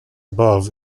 above